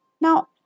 Now